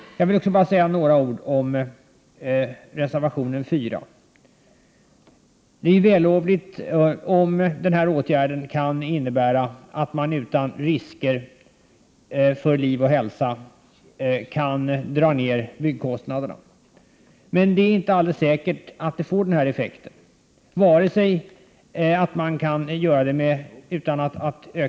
Jag vill också säga några ord om reservation 4. Det vore vällovligt om den föreslagna åtgärden skulle innebära att man utan risker för människors liv och hälsa kunde dra ned byggkostnaderna. Men det är inte alldeles säkert att den föreslagna åtgärden får den effekten.